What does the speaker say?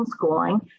homeschooling